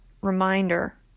reminder